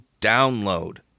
download